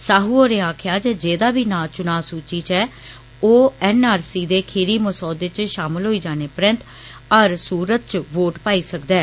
साहू होरें आकखेआ जे जेहदा बी नां चुना सूचि च ऐ ओह् छत्ब् दे खीरी मसौदे च षामल होई जाने परैन्त हर सूरत च वोट पाई सकदा ऐ